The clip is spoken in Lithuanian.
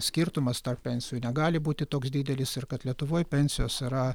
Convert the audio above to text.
skirtumas tarp pensijų negali būti toks didelis ir kad lietuvoj pensijos yra